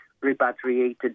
repatriated